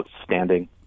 outstanding